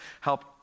Help